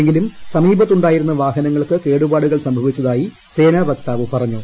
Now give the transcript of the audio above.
എങ്കിലും സമീപത്തുണ്ടായിരുന്ന വാഹനങ്ങൾക്ക് കേടുപാടുകൾ സംഭവിച്ചതായി സേനാവക്താവ് പറഞ്ഞു